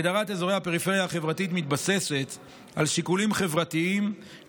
הגדרת אזורי הפריפריה החברתית מתבססת על שיקולים חברתיים-כלכליים,